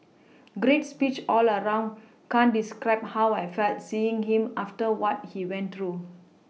great speech all around can't describe how I felt seeing him after what he went through